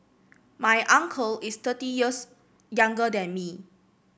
my uncle is thirty years younger than me